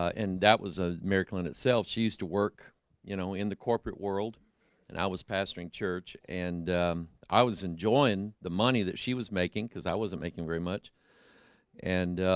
and that was a miracle in itself she used to work you know in the corporate world and i was pastoring church and i was enjoying the money that she was making because i wasn't making very much and